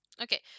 Okay